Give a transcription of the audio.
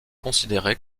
considéré